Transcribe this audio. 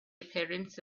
appearance